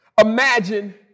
imagine